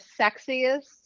sexiest